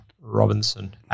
Robinson